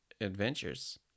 adventures